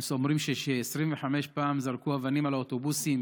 הם אומרים ש-25 זרקו אבנים על אוטובוסים